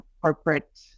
corporate